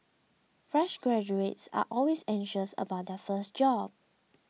fresh graduates are always anxious about their first job